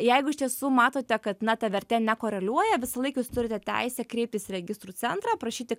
jeigu iš tiesų matote kad na ta vertė nekoreliuoja visą laiką jūs turite teisę kreiptis į registrų centrą prašyti